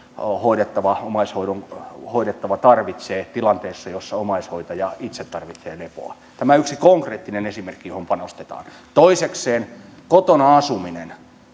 omaishoidon hoidettava tarvitsee tilanteessa jossa omaishoitaja itse tarvitsee lepoa tämä on yksi konkreettinen esimerkki johon panostetaan toisekseen kotona asuminen